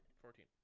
Fourteen